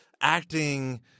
acting